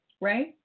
right